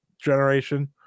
generation